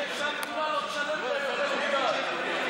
את תפקידן.